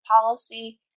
policy